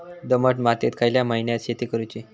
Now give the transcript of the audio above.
दमट मातयेत खयल्या महिन्यात शेती करुची?